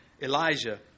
Elijah